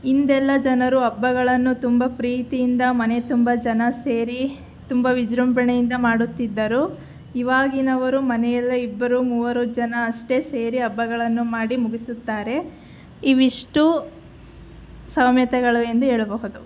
ಹಿಂದೆಲ್ಲ ಜನರು ಹಬ್ಬಗಳನ್ನು ತುಂಬ ಪ್ರೀತಿಯಿಂದ ಮನೆ ತುಂಬ ಜನ ಸೇರಿ ತುಂಬ ವಿಜೃಂಭಣೆಯಿಂದ ಮಾಡುತ್ತಿದ್ದರು ಇವಾಗಿನವರು ಮನೆಯಲ್ಲೇ ಇಬ್ಬರು ಮೂವರು ಜನ ಅಷ್ಟೇ ಸೇರಿ ಹಬ್ಬಗಳನ್ನು ಮಾಡಿ ಮುಗಿಸುತ್ತಾರೆ ಇವಿಷ್ಟು ಸಾಮ್ಯತೆಗಳು ಎಂದು ಹೇಳಬಹುದು